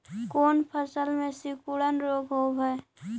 कोन फ़सल में सिकुड़न रोग होब है?